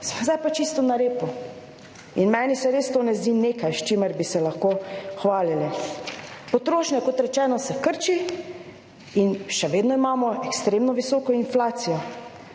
zdaj pa čisto na repu in meni se res to ne zdi nekaj, s čimer bi se lahko hvalili. Potrošnja, kot rečeno, se krči in še vedno imamo ekstremno visoko inflacijo